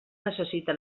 necessita